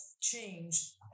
change